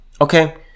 okay